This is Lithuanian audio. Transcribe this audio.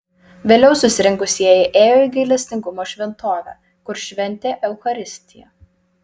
vėliau susirinkusieji ėjo į gailestingumo šventovę kur šventė eucharistiją